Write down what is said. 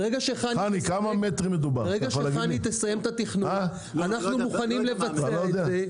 ברגע שחנ"י תסיים את התכנון - אנחנו מוכנים לבצע את זה.